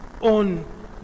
on